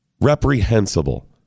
reprehensible